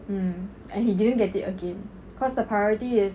mm and he didn't get it again cause the priority is